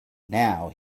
now